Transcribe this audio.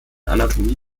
anatomie